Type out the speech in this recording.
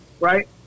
Right